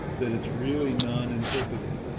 that it's really non inhibiting.